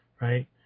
right